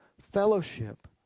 fellowship